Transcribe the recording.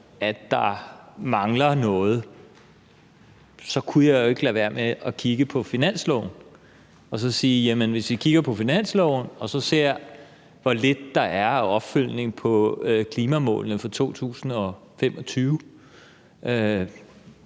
at der mangler noget, og så kunne jeg jo ikke lade være med at kigge i finanslovsforslaget, og hvis man så ser, hvor lidt der er af opfølgning på klimamålene for 2025,